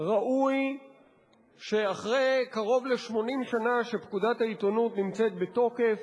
ראוי שאחרי קרוב ל-80 שנה שפקודת העיתונות נמצאת בתוקף,